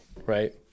Right